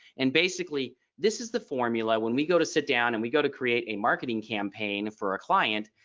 and basically this is the formula when we go to sit down and we go to create a marketing campaign for a client.